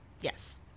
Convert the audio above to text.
Yes